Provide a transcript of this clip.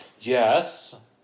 Yes